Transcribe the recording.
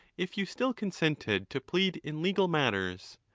if you still consented to plead in legal matters.